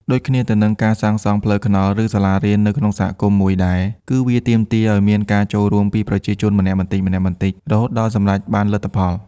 ដូចគ្នាទៅនឹង ការសាងសង់ផ្លូវថ្នល់ ឬសាលារៀននៅក្នុងសហគមន៍មួយដែរ គឺវា ទាមទារឱ្យមានការចូលរួមពីប្រជាជនម្នាក់បន្តិចៗ រហូតដល់សម្រេចបានលទ្ធផល។